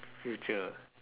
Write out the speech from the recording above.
future ah